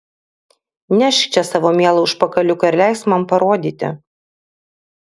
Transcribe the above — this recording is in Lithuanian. nešk čia savo mielą užpakaliuką ir leisk man parodyti